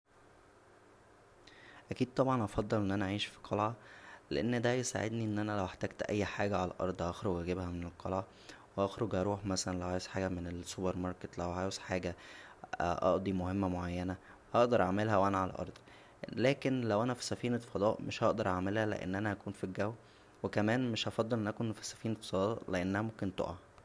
اكيد طبعا هفضل ان انا اعيش فى قلعه لان دا هيساعدنى ان انا لو احتاجت اى حاجه عالارض هخرج اجيبها من القلعه و هخرج اروح مثلا لو عاوز حاجه من السوبر ماركت لو عاوز حاجه ااقضى مهمة معينه هقدر اعملها وانا عالارض لكن لو انا فسفينة فضاء مش هقدر اعملها لان انا هكون فالجو وكمان مش هفضل ان انا اكون فسفينة فضاء لانها ممكن تقع